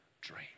dream